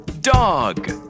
dog